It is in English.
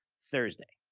thursday.